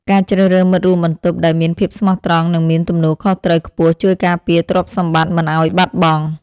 ការជ្រើសរើសមិត្តរួមបន្ទប់ដែលមានភាពស្មោះត្រង់និងមានទំនួលខុសត្រូវខ្ពស់ជួយការពារទ្រព្យសម្បត្តិមិនឱ្យបាត់បង់។